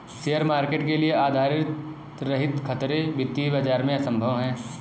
share market के लिये आधार रहित खतरे वित्तीय बाजार में असम्भव हैं